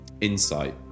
Insight